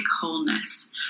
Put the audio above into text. wholeness